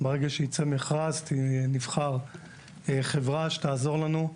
וברגע שייצא מכרז אנחנו נבחר חברה שתעזור לנו.